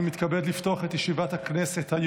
אני מתכבד לפתוח את ישיבת הכנסת.